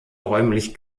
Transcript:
räumlich